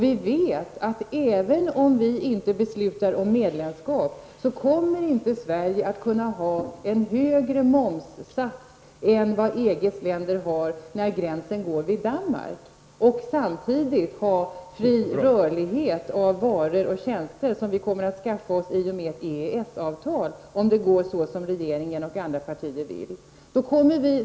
Vi vet att även om vi inte beslutar om medlemskap så kommer vi inte att kunna ha en högre momssats än vad EG-länderna har när gränsen går vid Danmark och samtidigt har fri rörlighet av varor och tjänster som vi kommer att skaffa oss i och med ett EES avtal om det går så som regeringspartiet och andra partier vill.